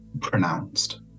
pronounced